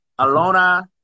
Alona